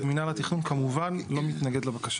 מינהל התכנון, כמובן, לא מתנגד לבקשה.